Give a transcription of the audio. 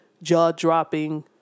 jaw-dropping